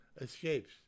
escapes